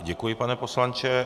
Děkuji, pane poslanče.